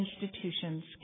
institutions